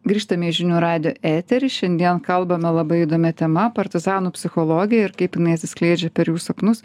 grįžtame į žinių radijo eterį šiandien kalbame labai įdomia tema partizanų psichologija ir kaip jinai atsiskleidžia per jų sapnus